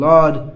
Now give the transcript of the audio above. Lord